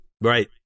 right